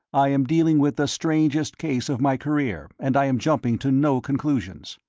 i am dealing with the strangest case of my career, and i am jumping to no conclusions.